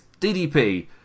DDP